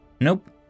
Nope